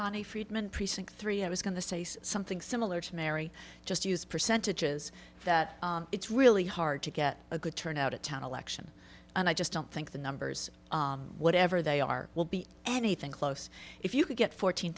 bonnie friedman precinct three i was going to say something similar to mary just use percentages that it's really hard to get a good turnout at town election and i just don't think the numbers whatever they are will be anything close if you could get fourteen